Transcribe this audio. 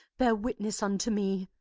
bear witness unto me,